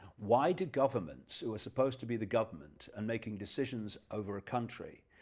why did governments, who are supposed to be the government, and making decisions over a country,